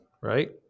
right